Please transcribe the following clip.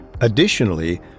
Additionally